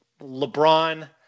LeBron